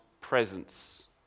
presence